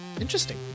interesting